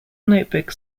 notebook